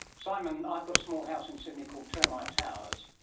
simon, i've got a small house in sydney called termite towers,